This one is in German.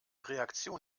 reaktion